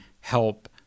help